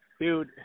Dude